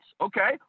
okay